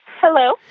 Hello